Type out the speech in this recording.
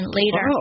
later